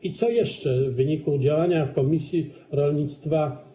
I co jeszcze w wyniku działania komisji rolnictwa.